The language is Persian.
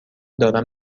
دارم